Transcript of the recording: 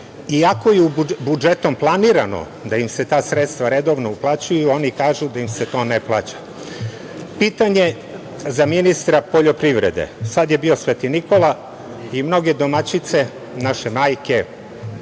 Iako je budžetom planirano da im se ta sredstva redovno uplaćuju, oni kažu da im se to ne plaća. Pitanje za ministra poljoprivrede. Sada je bio Sv. Nikola i mnoge domaćice, naše majke,